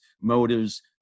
motives